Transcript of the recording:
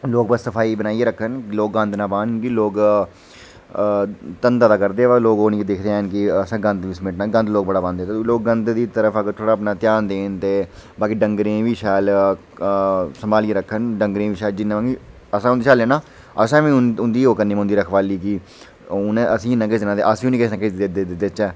लोक बस सफाई बनाइयै रक्खन लोक गंद ना पान लोक धंधा ते करदे पर लोक ओह् नेही दिक्खदे हैन कि गंद गी समेटना लोक गंद बड़ा पांदे न लोक गंद दी तरफ अपना ध्यान देन ते बाकी डंगर गी बी शैल सम्हालियै रक्खन डंगरें गी जिन्ना उं'दे शा लैना असें बी उं'दी ओह् करने पौंदी रखबाली बी उ'नें असेंगी इन्ना किश देना ते असें बी उ'नेंगी किश ना किश देचै